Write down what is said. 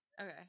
Okay